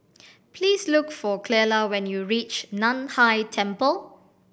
please look for Clella when you reach Nan Hai Temple